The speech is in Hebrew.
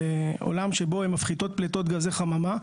לעולם שבו הן מפחיתות פליטות גזי חממה,